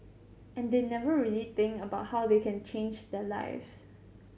and they never really think about how they can change their lives